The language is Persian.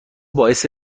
باعث